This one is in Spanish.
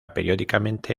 periódicamente